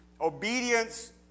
obedience